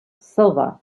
silver